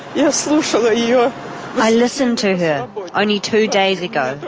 yeah so so ah yeah i listened to her, only two days ago,